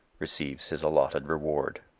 receives his allotted reward.